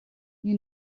you